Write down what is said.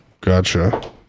Gotcha